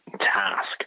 task